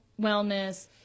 wellness